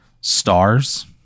stars